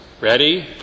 Ready